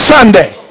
Sunday